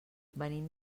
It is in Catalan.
venim